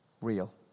real